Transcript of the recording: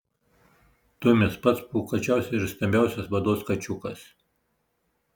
tumis pats pūkuočiausias ir stambiausias vados kačiukas